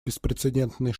беспрецедентный